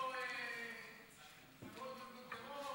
אלו לא עבירות בארגון טרור.